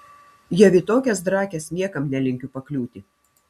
jau į tokias drakes niekam nelinkiu pakliūti